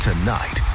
Tonight